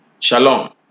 Shalom